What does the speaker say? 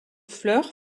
fleurs